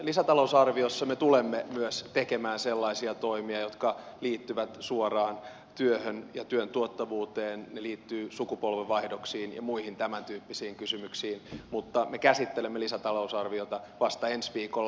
lisätalousarviossa me tulemme myös tekemään sellaisia toimia jotka liittyvät suoraan työhön ja työn tuottavuuteen ne liittyvät sukupolvenvaihdoksiin ja muihin tämän tyyppisiin kysymyksiin mutta me käsittelemme lisätalousarviota vasta ensi viikolla